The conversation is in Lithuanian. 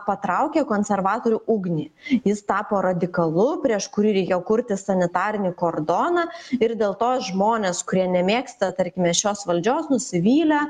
patraukė konservatorių ugnį jis tapo radikalu prieš kurį reikėjo kurti sanitarinį kordoną ir dėl to žmonės kurie nemėgsta tarkime šios valdžios nusivylę